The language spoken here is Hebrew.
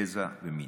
גזע ומין.